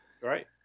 Right